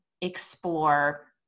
explore